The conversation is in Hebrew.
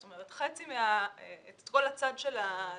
זאת אומרת שאת כל הצד של הלווים